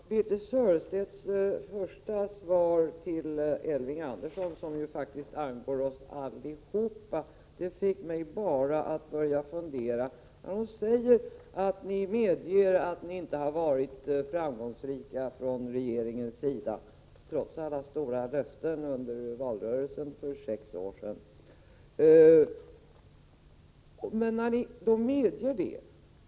Fru talman! Birthe Sörestedts första svar till Elving Andersson angår faktiskt oss alla. Birthe Sörestedt sade att man från regeringens sida medger att man inte varit framgångsrik — trots alla stora löften under valrörelsen för sex år sedan.